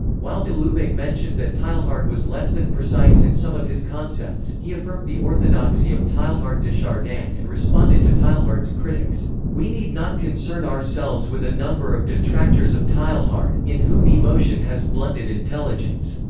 while de lubac mentioned that teilhard was less than precise in some of his concepts, he affirmed the orthodoxy of teilhard de chardin and responded to teilhard's critics we need not concern ourselves with a number of detractors of teilhard, in whom emotion has blunted intelligence.